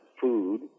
food